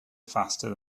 faster